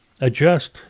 adjust